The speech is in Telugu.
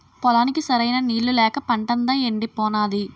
పొలానికి సరైన నీళ్ళు లేక పంటంతా యెండిపోనాది